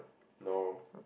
no